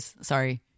sorry